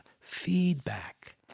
feedback